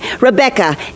Rebecca